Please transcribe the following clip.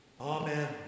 Amen